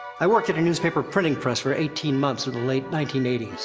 i worked at a newspaper printing press for eighteen months in the late nineteen eighty s.